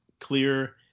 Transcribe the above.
clear